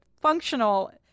functional